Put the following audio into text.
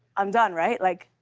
i'm done, right? like,